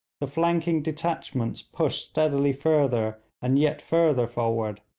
the flanking detachments pushed steadily further and yet further forward,